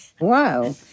Wow